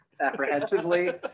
apprehensively